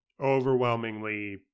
overwhelmingly